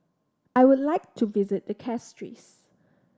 I would like to visit the Castries